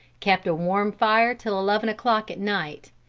kept a warm fire till eleven o'clock at night.